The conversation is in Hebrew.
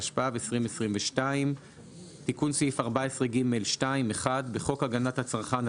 התשפ"ב 2022 תיקון סעיף 14ג2 1. בחוק הגנת הצרכן,